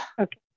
Okay